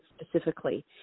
specifically